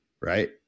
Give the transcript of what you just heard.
right